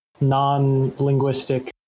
non-linguistic